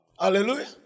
Hallelujah